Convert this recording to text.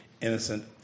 innocent